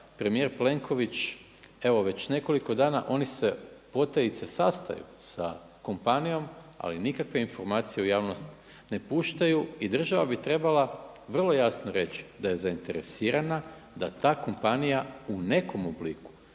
premijer Plenković, evo već nekoliko dana oni se potajice sastaju sa kompanijom, ali nikakve informacije u javnost ne puštaju. I država bi trebala vrlo jasno reći da je zainteresirana da kompanija u nekom obliku